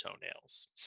toenails